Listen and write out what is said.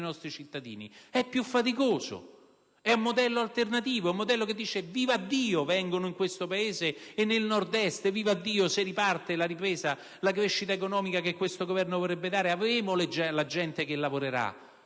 nostri cittadini. È più faticoso, è un modello alternativo, è un modello che dice: vivaddio, vengono in questo Paese e nel Nord-Est; se riparte la ripresa - la crescita economica che questo Governo vorrebbe dare - avremo la gente che lavorerà,